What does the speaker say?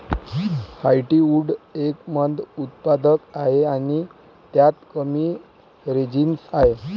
heartwood एक मंद उत्पादक आहे आणि त्यात कमी रेझिनस आहे